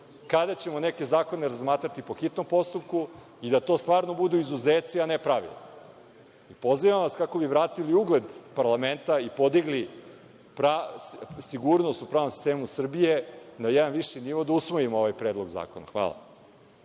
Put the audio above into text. kada ćemo neke zakone razmatrati po hitnom postupku i da to stvarno budu izuzeci, a ne pravila. Pozivam vas kako bi vratili ugled parlamenta i podigli sigurnost u pravnom sistemu Srbije na jedan viši nivo da usvojimo ovaj Predlog zakona. Hvala.